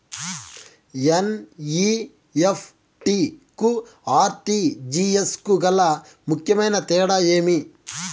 NEFT కు RTGS కు గల ముఖ్యమైన తేడా ఏమి?